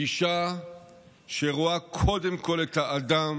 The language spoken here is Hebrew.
גישה שרואה קודם כול את האדם